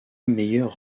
meilleure